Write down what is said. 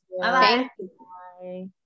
Bye-bye